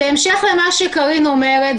בהמשך למה שקארין אומרת,